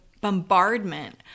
bombardment